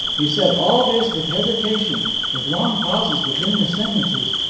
he said all this with hesitation with long pauses between the sentences.